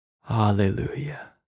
Hallelujah